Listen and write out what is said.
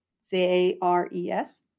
C-A-R-E-S